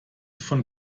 von